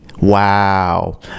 wow